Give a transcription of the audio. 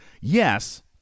Yes